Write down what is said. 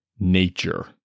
Nature